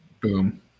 Boom